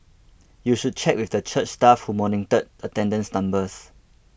you should check with the church staff who monitored attendance numbers